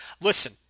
Listen